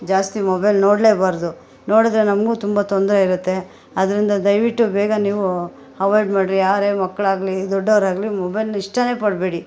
ಜಾಸ್ತಿ ಮೊಬೈಲ್ ನೋಡಲೇಬಾರ್ದು ನೋಡಿದ್ರೆ ನಮ್ಗು ತುಂಬ ತೊಂದರೆ ಇರುತ್ತೆ ಅದರಿಂದ ದಯವಿಟ್ಟು ಬೇಗ ನೀವು ಹವೈಡ್ ಮಾಡಿರಿ ಯಾರೇ ಮಕ್ಕಳಾಗ್ಲಿ ದೊಡ್ಡವರಾಗ್ಲಿ ಮೊಬೈಲ್ನ ಇಷ್ಟ ಪಡಬೇಡಿ